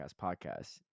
podcast